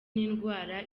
n’indwara